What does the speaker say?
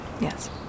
Yes